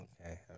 Okay